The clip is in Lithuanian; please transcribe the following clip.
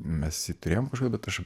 mes jį turėjom kažkaip bet aš